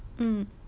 mmhmm